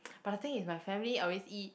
but the thing is my family always eat